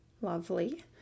lovely